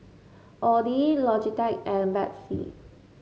Audi Logitech and Betsy